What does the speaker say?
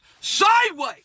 sideways